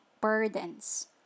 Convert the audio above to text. burdens